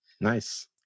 Nice